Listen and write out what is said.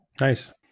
nice